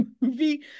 movie